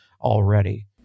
already